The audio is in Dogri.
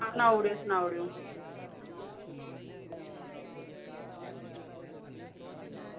हां सनाई ओड़ेओ सनाई ओड़ेओ